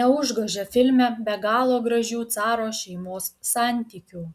neužgožia filme be galo gražių caro šeimos santykių